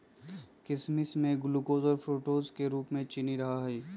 किशमिश में ग्लूकोज और फ्रुक्टोज के रूप में चीनी रहा हई